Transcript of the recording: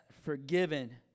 forgiven